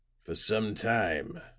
for some time,